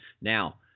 Now